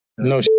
No